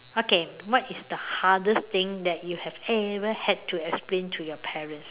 okay what is the hardest thing that you have ever had to explain to your parents